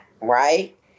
right